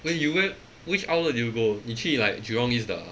wait you went which outlet did you go 你去 like jurong east 的 ah